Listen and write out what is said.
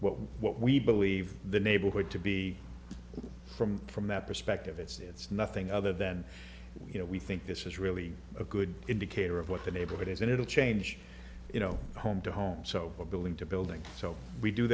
define what we believe the neighborhood to be from from that perspective it's nothing other than you know we think this is really a good indicator of what the neighborhood is and it'll change you know home to home so we're building to building so we do